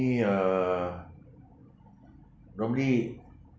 uh probably